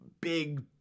Big